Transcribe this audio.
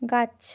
গাছ